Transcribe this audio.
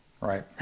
right